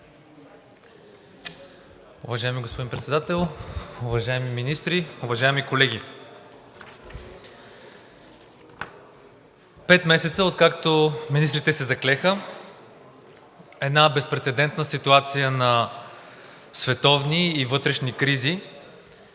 Уважаеми господин Председател, уважаеми министри, уважаеми колеги! Пет месеца, откакто министрите се заклеха в една безпрецедентна ситуация на световни и вътрешни кризи,